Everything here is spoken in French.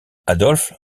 adolf